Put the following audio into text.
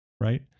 Right